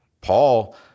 Paul